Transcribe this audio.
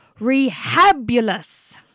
Rehabulous